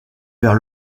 vers